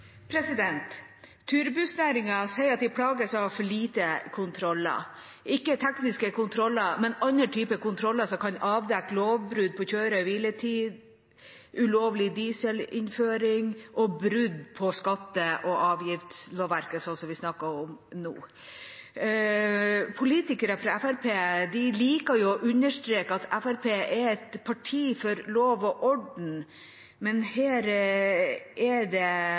sier at de plages av for få kontroller – ikke tekniske kontroller, men andre typer kontroller som kan avdekke lovbrudd på kjøre- og hviletid, ulovlig dieselinnføring og brudd på skatte- og avgiftslovverket, slik vi snakker om nå. Politikere fra Fremskrittspartiet liker å understreke at Fremskrittspartiet er et parti for lov og orden, men her er det